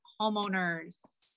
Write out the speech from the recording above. homeowners